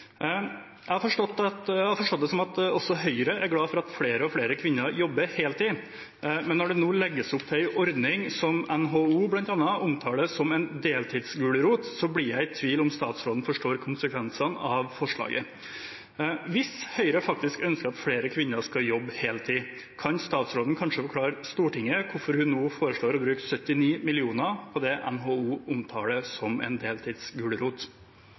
Jeg har forstått det slik at også Høyre er glad for at stadig flere kvinner jobber heltid. Men når det nå legges opp til en ordning som NHO bl.a. omtaler som en deltidsgulrot, blir jeg i tvil om statsråden forstår konsekvensene av forslaget. Hvis Høyre ønsker at flere kvinner skal jobbe heltid, kan statsråden kanskje forklare Stortinget hvorfor hun nå foreslår å bruke 79 mill. kr på det NHO omtaler som en